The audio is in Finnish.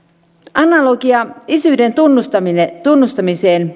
analogia isyyden tunnustamiseen